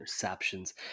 interceptions